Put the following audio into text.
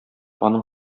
аның